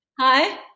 Hi